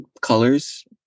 colors